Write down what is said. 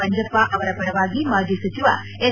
ಮಂಜಪ್ಪ ಅವರ ಪರವಾಗಿ ಮಾಜಿ ಸಚಿವ ಎಸ್